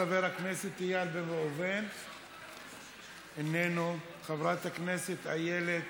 חבר הכנסת איל בן ראובן, איננו, חברת הכנסת איילת